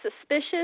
suspicious